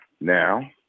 now